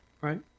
Right